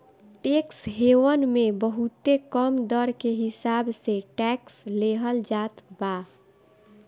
tax haven मे बहुते कम दर के हिसाब से टैक्स लेहल जात बा